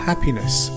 Happiness